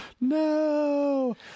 no